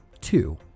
two